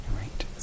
Right